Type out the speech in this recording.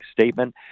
statement